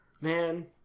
Man